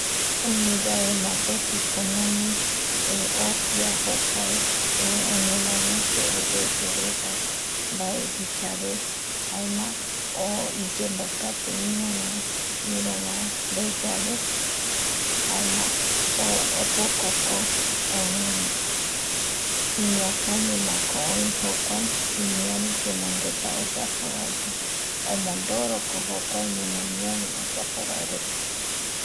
Oimeyave mopeti kunumi opia jokuae oñemomete oyoipereta mbaeguiyave jaema o iyemomkate iruva, iruvare yave jaema opokoko iñakañimako oi jokua imiari yemongeta oyapovaegui omondoroko jokuaeñemomiari oyapovaereta